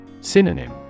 Synonym